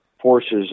forces